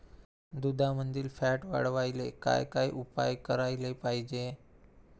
दुधामंदील फॅट वाढवायले काय काय उपाय करायले पाहिजे?